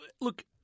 look